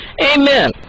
amen